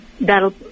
that'll